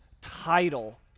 title